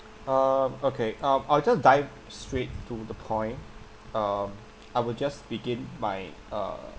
uh okay um I'll just dive straight to the point um I will just begin my uh